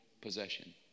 possession